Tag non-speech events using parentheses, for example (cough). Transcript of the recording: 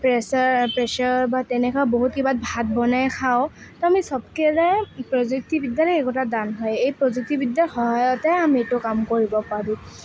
pressure pressure বা তেনেকুৱা বহুত কিবাত ভাত বনাই খাওঁ তো আমি সব (unintelligible) প্ৰযুক্তিবিদ্যাৰে একোটা দান হয় এই প্ৰযুক্তিবিদ্যাৰ সহায়তহে আমি এইটো কাম কৰিব পাৰোঁ